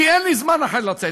כי אין לי זמן אחר לצאת.